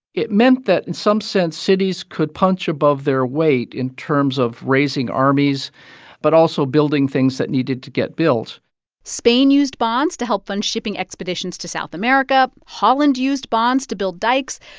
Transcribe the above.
it meant that, in some sense, cities could punch above their weight in terms of raising armies but also building things that needed to get built spain used bonds to help fund shipping expeditions to south america. holland used bonds to build dikes.